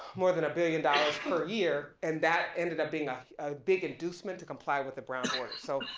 more than a billion dollars per year and that ended up being ah big inducement to comply with the brown board, so.